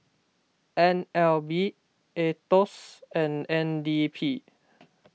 N L B Aetos and N D P